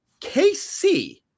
KC